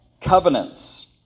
covenants